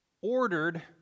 ordered